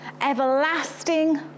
everlasting